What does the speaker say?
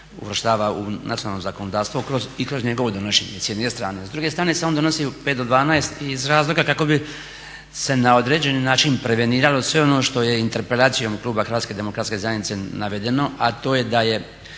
uvrštava u nacionalno zakonodavstvo i kroz njegovo donošenje s jedne strane. S druge strane se on donosi u 5 do 12 iz razloga kako bi se na određeni način preveniralo sve ono što je interpelacijom kluba HDZ-a navedeno a to je da je